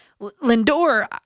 Lindor